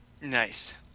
Nice